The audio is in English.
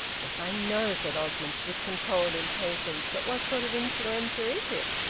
yes, i know, said osmond, with controlled impatience. but what sort of influenza is it?